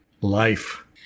life